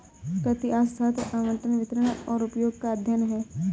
कृषि अर्थशास्त्र आवंटन, वितरण और उपयोग का अध्ययन है